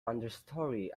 understory